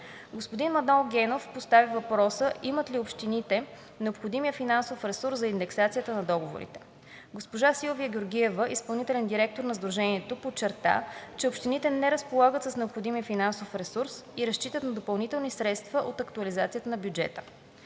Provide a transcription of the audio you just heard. Господин Манол Генов постави въпроса имат ли общините необходимия финансов ресурс за индексацията на договорите. Госпожа Силвия Георгиева – изпълнителен директор на Сдружението подчерта, че общините не разполагат с необходимия финансов ресурс и разчитат на допълнителни средства от актуализацията на бюджета.